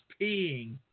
peeing